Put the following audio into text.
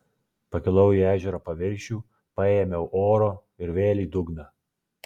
pakilau į ežero paviršių paėmiau oro ir vėl į dugną